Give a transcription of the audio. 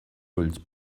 ulls